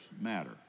matter